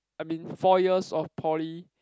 I mean four years of poly